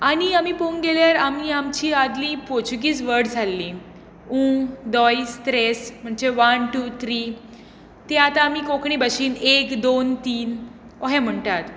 आनी आमी पळोवंक गेल्यार आमी आमची आदली पोर्तुगीज वर्ड्स आसली उं दोय त्रेस म्हणचे वान टू त्री ते आतां आमी कोंकणी भाशेत एक दोन तीन अशें म्हणटात